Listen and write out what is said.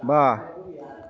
बा